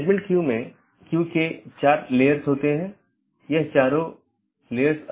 इसके बजाय BGP संदेश को समय समय पर साथियों के बीच आदान प्रदान किया जाता है